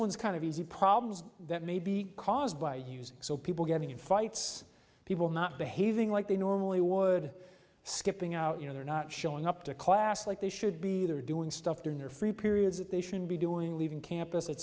one's kind of easy problems that may be caused by using so people getting in fights people not behaving like they normally would skipping out you know they're not showing up to class like they should be they're doing stuff during their free periods that they should be doing leaving campus et